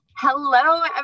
Hello